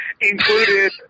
included